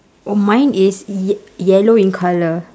oh mine is ye~ yellow in colour